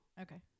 Okay